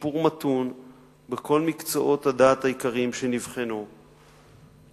שיפור מתון בכל מקצועות הדעת העיקריים שהתלמידים נבחנו בהם.